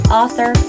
author